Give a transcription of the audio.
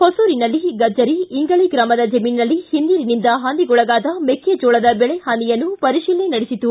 ಹೊಸೂರಿನಲ್ಲಿ ಗಜ್ಜರಿ ಇಂಗಳ ಗ್ರಾಮದ ಜಮೀನಿನಲ್ಲಿ ಹಿನ್ನೀರಿನಿಂದ ಹಾನಿಗೊಳಗಾದ ಮೆಕ್ಕೆಜೋಳದ ಬೆಳೆಯನ್ನು ಪರಿಶೀಲನೆ ನಡೆಸಿತು